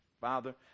Father